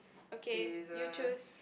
okay you choose